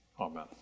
amen